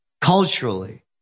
culturally